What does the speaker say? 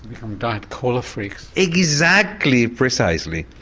become diet cola freaks. exactly, precisely.